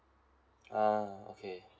ah okay